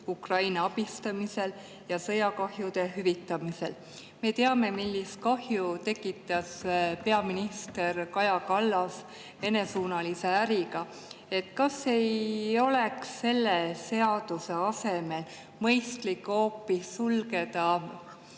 Ukraina abistamisel ja sõjakahjude hüvitamisel. Me teame, millist kahju tekitas peaminister Kaja Kallas Vene-suunalise äriga. Kas ei oleks selle seaduse asemel mõistlik hoopis piir sulgeda